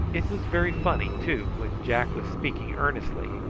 it was very funny, too, when jack was speaking earnestly.